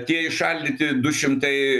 tie įšaldyti du šimtai